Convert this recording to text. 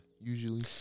usually